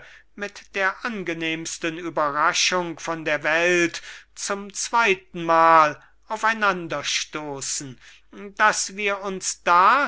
mit der angenehmsten überraschung von der welt zum zweiten mal aufeinander stoßen daß wir uns da